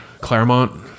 Claremont